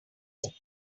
crying